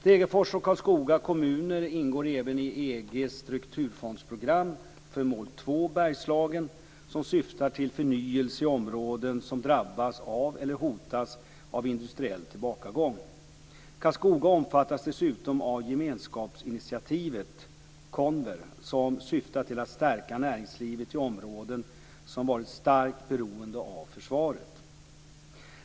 Degerfors och Karlskoga kommuner ingår även i EG:s strukturfondsprogram för mål 2 Bergslagen, som syftar till förnyelse i områden som drabbats av eller hotas av industriell tillbakagång. Karlskoga omfattas dessutom av gemenskapsinitiativet Konver, som syftar till att stärka näringslivet i områden som varit starkt beroende av försvaret.